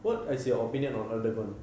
what is your opinion on aldemir